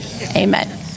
amen